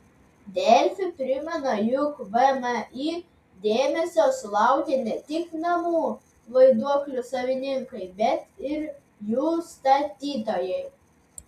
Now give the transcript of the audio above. delfi primena jog vmi dėmesio sulaukė ne tik namų vaiduoklių savininkai bet ir jų statytojai